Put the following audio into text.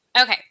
okay